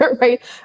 right